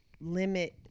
limit